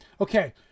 Okay